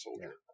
Soldier